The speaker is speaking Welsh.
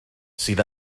sydd